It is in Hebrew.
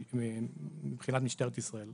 מבחינת משטרת ישראל.